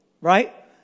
right